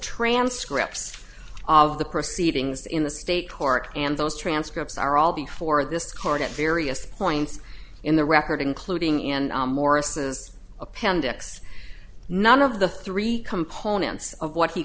transcripts of the proceedings in the state court and those transcripts are all before this court at various points in the record including in maurice's appendix none of the three components of what he